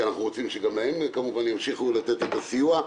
שאנחנו רוצים שגם להם ימשיכו לתת את הסיוע.